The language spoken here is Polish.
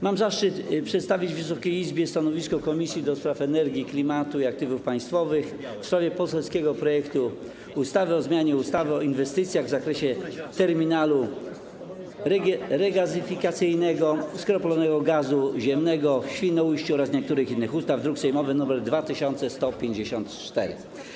Mam zaszczyt przedstawić Wysokiej Izbie stanowisko Komisji do Spraw Energii, Klimatu i Aktywów Państwowych w sprawie poselskiego projektu ustawy o zmianie ustawy o inwestycjach w zakresie terminalu regazyfikacyjnego skroplonego gazu ziemnego w Świnoujściu oraz niektórych innych ustaw, druk sejmowy nr 2154.